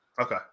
Okay